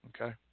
Okay